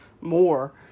more